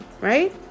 right